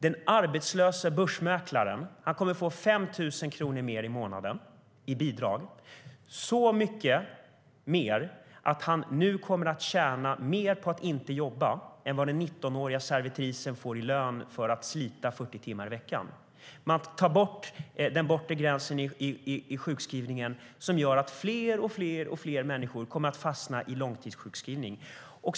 Den arbetslöse börsmäklaren kommer att få 5 000 kronor mer i månaden i bidrag, så mycket mer att han nu kommer att tjäna mer på att inte jobba än vad den 19-åriga servitrisen får i lön för att slita 40 timmar i veckan. Man tar bort den bortre gränsen i sjukskrivningen, vilket gör att fler och fler människor kommer att fastna i långtidssjukskrivningar.